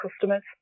customers